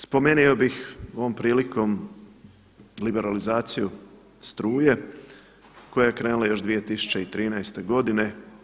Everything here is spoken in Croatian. Spomenuo bih ovom prilikom liberalizaciju struje koja je krenula još 2013. godine.